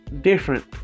different